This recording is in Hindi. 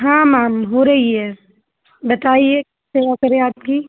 हाँ मैम हो रही है बताइए सेवा करें आपकी